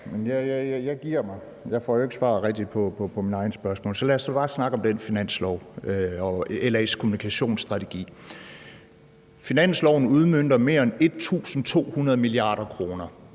Jeg giver mig – jeg får jo ikke rigtig svar på nogen af mine egne spørgsmål. Så lad os da bare snakke om den finanslov og LA's kommunikationsstrategi. Finansloven udmønter mere end 1.200 mia. kr.